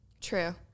True